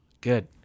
Good